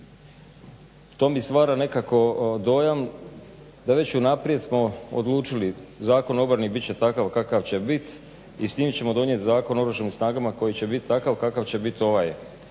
To mi stvara nekako dojam da već unaprijed smo odlučili Zakon o obrani bit će takav kakav će bit i s njim ćemo donijet Zakon o oružanim snagama koji će bit takav kakav će bit ovaj